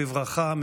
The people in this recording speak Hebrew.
בברכה,